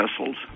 vessels